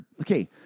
Okay